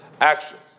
actions